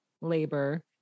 labor